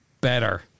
better